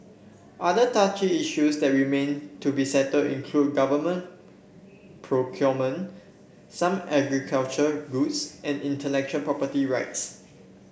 other touchy issues that remain to be settled include government procurement some agricultural goods and intellectual property rights